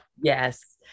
yes